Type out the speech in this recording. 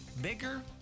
bigger